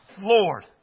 Lord